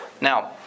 Now